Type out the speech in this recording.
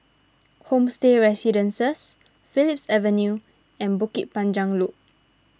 Homestay Residences Phillips Avenue and Bukit Panjang Loop